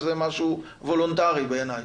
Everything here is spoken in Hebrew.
זה משהו וולונטרי בעיניי,